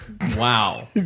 Wow